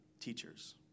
teachers